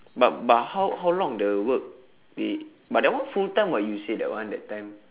but but how how long the work they but that one full time [what] you say that one that time